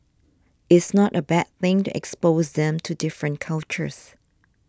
it's not a bad thing to expose them to different cultures